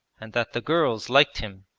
and that the girls liked him,